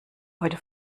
heute